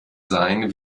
sein